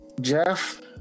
Jeff